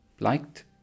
Liked